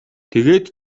тэгээд